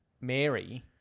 Mary